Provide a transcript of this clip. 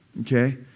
Okay